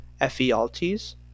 Ephialtes